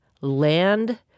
land